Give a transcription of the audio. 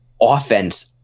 offense